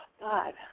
god